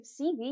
CV